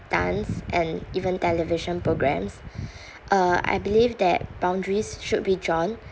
dance and even television programs uh I believe that boundaries should be drawn